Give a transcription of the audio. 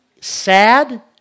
sad